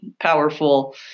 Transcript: powerful